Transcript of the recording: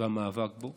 והמאבק בו